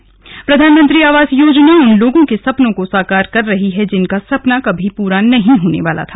final VO Pradhanmantri Awas Yojana उन लोगों के सपनों को साकार कर रही है जिनका सपना कभी प्रा नहीं होने वाला था